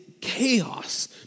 chaos